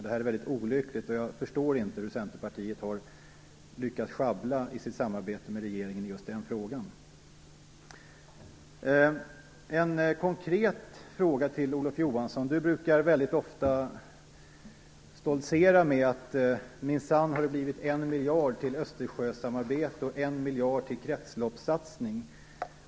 Det här är väldigt olyckligt, och jag förstår inte hur Centerpartiet har lyckats sjabbla i sitt samarbete med regeringen i just den frågan. Jag har en konkret fråga till Olof Johansson, som ofta brukar stoltsera med att det minsann har blivit 1 miljard till Östersjösamarbete och 1 miljard till kretsloppssatsning.